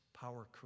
power